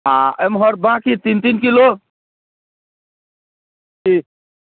आ एम्हर बाँकी तीन तीन किलो ठीक